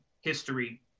history